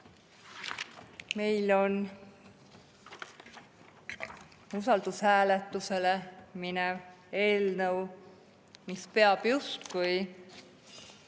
Meil on usaldushääletusega seotud eelnõu, mis peab justkui